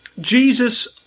Jesus